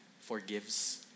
forgives